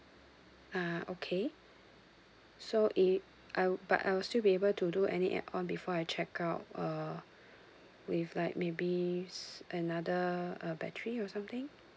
uh okay so it I but I will still be able to do any add on before I check out uh with like maybe another uh battery or something